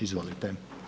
Izvolite.